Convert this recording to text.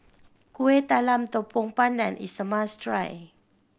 Kueh Talam Tepong Pandan is a must try